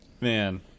man